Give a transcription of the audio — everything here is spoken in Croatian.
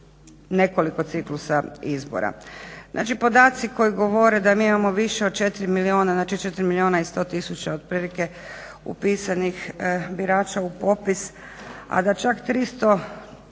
Znači podaci koji govore da mi imamo više od 4 milijuna, znači 4 milijuna i 100000 otprilike upisanih birača u popis, a da čak 340000